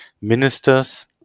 ministers